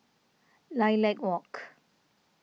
Lilac Walk